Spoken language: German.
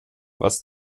was